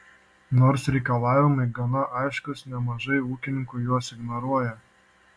nors reikalavimai gana aiškūs nemažai ūkininkų juos ignoruoja